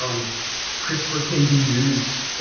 um crispr can be used,